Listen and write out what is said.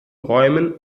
räumen